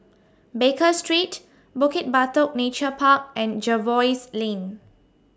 Baker Street Bukit Batok Nature Park and Jervois Lane